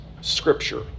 Scripture